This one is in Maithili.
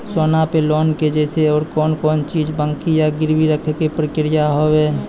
सोना पे लोन के जैसे और कौन कौन चीज बंकी या गिरवी रखे के प्रक्रिया हाव हाय?